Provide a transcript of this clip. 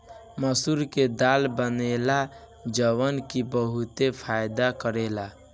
मसूर के दाल बनेला जवन की बहुते फायदा करेला